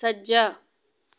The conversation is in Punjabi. ਸੱਜਾ